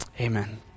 Amen